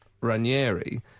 Ranieri